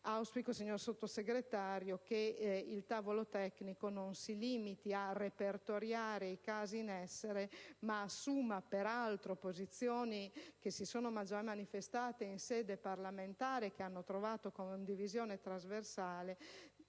Auspico, signor Sottosegretario, che il tavolo tecnico non si limiti a repertoriare i casi in essere, ma assuma posizioni, che peraltro si sono già manifestate in sede parlamentare e che hanno trovato condivisione trasversale,